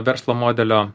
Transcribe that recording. verslo modelio